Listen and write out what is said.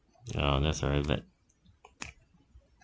ya that's very bad